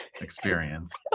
experience